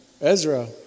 Ezra